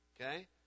Okay